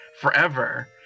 forever